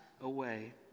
away